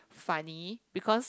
funny because